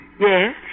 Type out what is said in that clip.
Yes